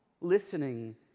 listening